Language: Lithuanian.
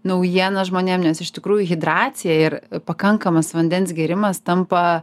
naujieną žmonėm nes iš tikrųjų hidratacija ir pakankamas vandens gėrimas tampa